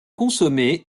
consommé